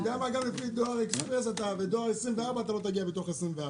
גם לפי דואר אקספרס ודואר 24 לא תגיע בתוך 24 שעות.